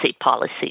policy